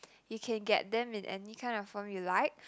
you can get them in any kind of form you like